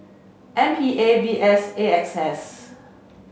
M P A V S A X S